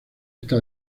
está